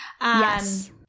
Yes